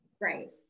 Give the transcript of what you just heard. Right